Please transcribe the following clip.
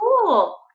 cool